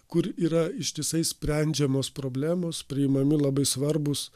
kur yra ištisai sprendžiamos problemos priimami labai svarbūs